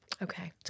Okay